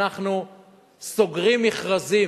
אנחנו סוגרים מכרזים.